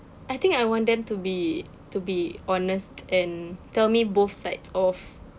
I think I want them to be to be honest and tell me both sides of